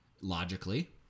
logically